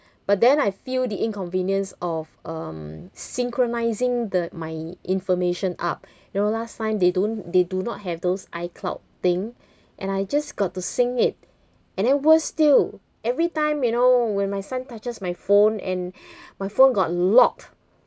but then I feel the inconvenience of um synchronising the my information up you know last time they don't they do not have those icloud thing and I just got to sync it and then worst still every time you know when my son touches my phone and my phone got locked